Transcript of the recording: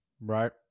Right